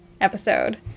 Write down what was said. episode